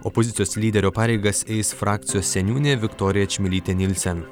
opozicijos lyderio pareigas eis frakcijos seniūnė viktorija čmilytė nilsen